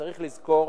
צריך לזכור